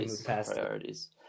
priorities